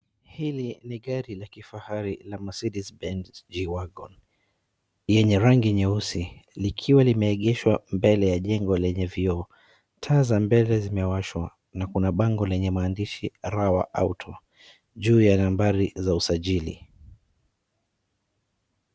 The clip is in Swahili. Hili ni gari la kifahari la Mercedes Benz G-wargon yenye rangi nyeusi likiwa limeegeshwa mbele ya jengo lenye vioo. Taa za mbele zimewashwa na kuna bango lenye maandishi RAWA AUTO juu ya nambari za usajili.